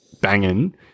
banging